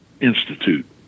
Institute